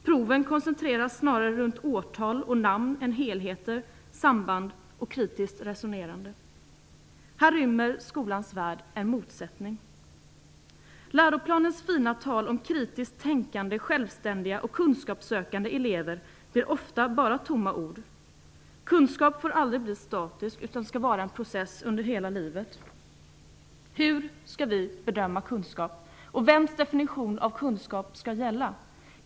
Proven koncentreras snarare runt årtal och namn än helheter, samband och kritiskt resonerande. Här rymmer skolans värld en motsättning. Läroplanens fina tal om kritiskt tänkande, självständiga och kunskapssökande elever blir ofta bara tomma ord. Kunskapsinhämtande får aldrig bli statiskt utan skall vara en process under hela livet. Hur skall vi bedöma kunskap och vems definition av kunskap skall gälla?